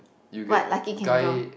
what lucky can go